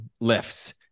lifts